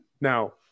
Now